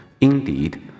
Indeed